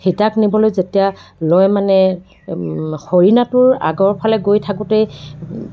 সীতাক নিবলৈ যেতিয়া লৈ মানে হৰিণাটোৰ আগৰফালে গৈ থাকোঁতেই